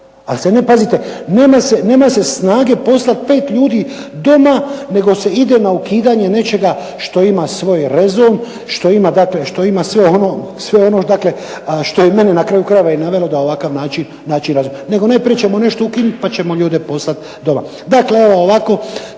ljudi doma. Pazite nema se snage poslat 5 ljudi doma, nego se ide na ukidanje nečega što ima svoj rezon, što ima dakle sve ono, dakle što je mene na kraju krajeva i navelo da na ovakav način nego najprije ćemo nešto ukinuti pa ćemo ljude poslat doma.